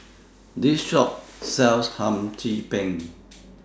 This Shop sells Hum Chim Peng